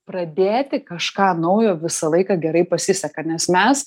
pradėti kažką naujo visą laiką gerai pasiseka nes mes